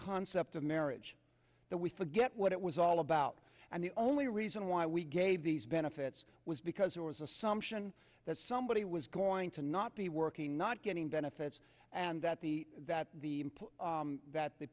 concept of marriage that we forget what it was all about and the only reason why we gave these benefits was because there was a sumption that somebody was going to not be working not getting benefits and that the that the that the